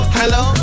hello